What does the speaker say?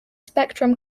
spectrum